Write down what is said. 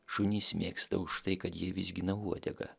šunis mėgsta už tai kad jie vizgina uodegą